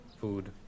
food